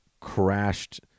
crashed